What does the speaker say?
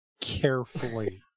carefully